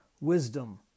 Wisdom